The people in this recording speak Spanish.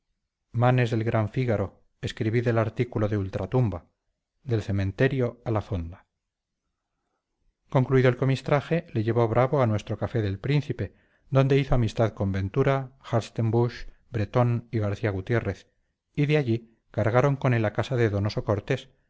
manes del gran fígaro escribid el artículo de ultratumba del cementerio a la fonda concluido el comistraje le llevó bravo a nuestro café del príncipe donde hizo amistad con ventura hartzenbusch bretón y garcía gutiérrez y de allí cargaron con él a casa de donoso cortés